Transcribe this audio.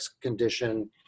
condition